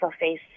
face